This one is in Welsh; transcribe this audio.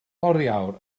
oriawr